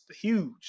Huge